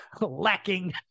lacking